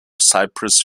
cypress